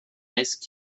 ice